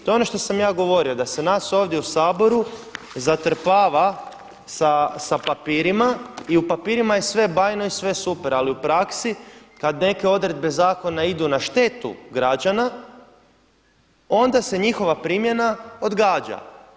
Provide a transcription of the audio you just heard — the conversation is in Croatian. To je ono što sam ja govorio da se nas ovdje u Saboru zatrpava sa papirima i u papirima je sve bajno i sve je super, ali u praksi kada neke odredbe zakona idu na štetu građana onda se njihova primjena odgađa.